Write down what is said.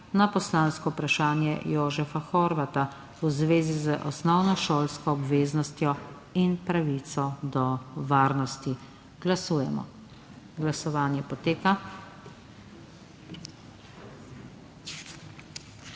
na poslansko vprašanje Jožefa Horvata v zvezi z osnovno šolsko obveznostjo in pravico do varnosti. Glasujemo. Navzočih